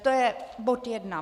To je bod jedna.